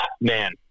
man